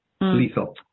lethal